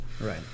Right